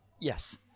yes